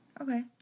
Okay